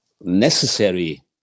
necessary